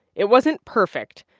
it wasn't perfect.